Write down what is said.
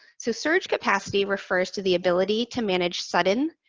so, surge capacity refers to the ability to manage sudden,